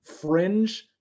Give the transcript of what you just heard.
fringe